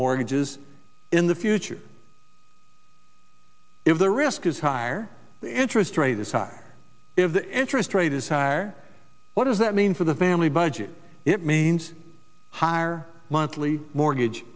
mortgages in the future if the risk is higher interest rate is high if the interest rate is higher what does that mean for the family budget it means higher monthly mortgage